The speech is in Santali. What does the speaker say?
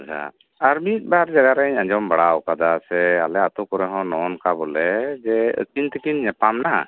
ᱦᱮᱸ ᱟᱨ ᱢᱤᱫ ᱵᱟᱨ ᱡᱟᱭᱜᱟ ᱨᱤᱧ ᱟᱧᱡᱚᱢ ᱵᱟᱲᱟ ᱟᱠᱟᱫᱟ ᱥᱮ ᱟᱞᱮ ᱟᱹᱛᱳ ᱠᱚᱨᱮ ᱦᱚᱸ ᱱᱚᱜᱚ ᱱᱚᱝᱠᱟ ᱵᱚᱞᱮ ᱡᱮ ᱟᱹᱠᱤᱱ ᱛᱮᱠᱤᱱ ᱧᱟᱯᱟᱢ ᱮᱱᱟ